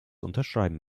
unterschreiben